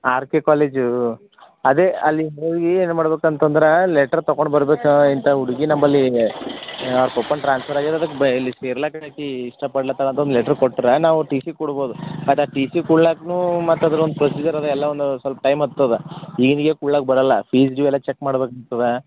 R K college ಅದೇ ಅಲ್ಲಿ ಹೋಗಿ ಏನು ಮಾಡ್ಬೇಕಂತಂದ್ರಾ ಲೆಟ್ರ್ ತಕೊಂಡು ಬರ್ಬೆಕಾ ಇಂತ ಹುಡ್ಗಿ ನಮ್ಮಲ್ಲಿ ಪೊಪ್ಪನ್ ಟ್ರಾನ್ಸ್ಫರ್ ಆಗಿರದಕ್ಕೆ ಇಲ್ಲಿ ಸೇರ್ಲಾಕ್ ಆಕಿ ಇಷ್ಟಪಡ್ಲತ್ತಳ ಅಂತ ಒಂದು ಲೆಟ್ರ್ ಕೊಟ್ರಾ ನಾವು ಟಿ ಸಿ ಕೊಡ್ಬೋದು ಅದು ಆ ಟಿ ಸಿ ಕೊಡ್ಲಾಕ್ನೂ ಮತ್ತು ಅದ್ರಾಗ ಒಂದು ಪ್ರೊಸೀಜರ್ ಅದ ಎಲ್ಲಾ ಒಂದು ಸ್ವಲ್ಪ ಟೈಮ್ ಆಗ್ತದ ಕೊಡ್ಲಾಕ ಬರಲ್ಲ ಫೀಜು ಎಲ್ಲ ಚೆಕ್ ಮಾಡಬೇಕಾಗ್ತದಾ